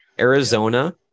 Arizona